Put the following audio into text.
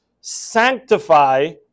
sanctify